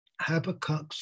Habakkuk's